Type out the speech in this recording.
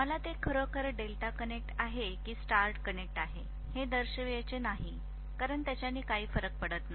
मी ते खरोखर delta connect आहे की स्टार कनेक्ट आहे हे दर्शवत नाही त्याने काही फरक पडत नाही